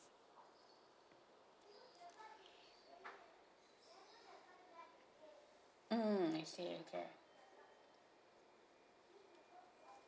mm I see okay